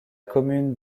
commune